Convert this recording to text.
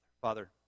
Father